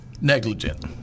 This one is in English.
negligent